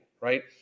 right